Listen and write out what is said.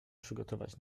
przygotować